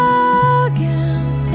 again